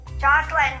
Jocelyn